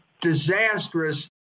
disastrous